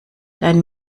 dein